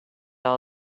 all